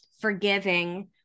forgiving